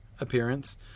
appearance